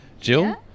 Jill